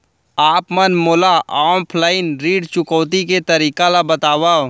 आप मन मोला ऑफलाइन ऋण चुकौती के तरीका ल बतावव?